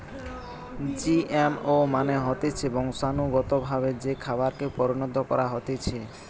GMO মানে হতিছে বংশানুগতভাবে যে খাবারকে পরিণত করা হতিছে